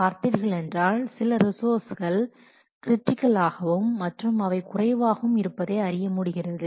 பார்த்தீர்கள் என்றால் சில ரிசோர்ஸ்கள் கிரிட்டிக்கல் ஆகவும் மற்றும் அவை குறைவாகவும் இருப்பதை அறியமுடிகிறது